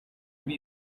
kuri